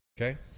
okay